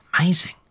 amazing